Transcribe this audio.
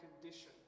condition